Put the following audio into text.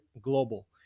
global